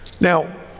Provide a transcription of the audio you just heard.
Now